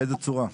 באיזו צורה?